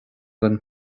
den